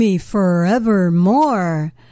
forevermore